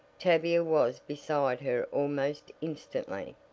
tavia was beside her almost instantly.